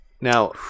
Now